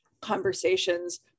conversations